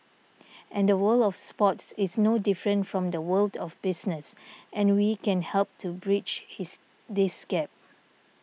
and the world of sports is no different from the world of business and we can help to bridge his this gap